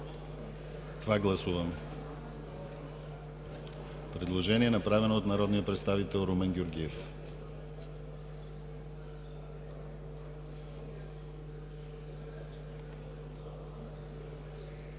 г. Гласуваме това предложение, направено от народния представител Румен Георгиев.